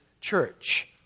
church